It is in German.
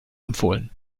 empfohlen